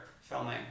filming